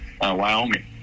Wyoming